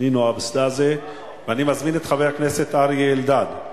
נינו אבסדזה, ואני מזמין את חבר הכנסת אריה אלדד.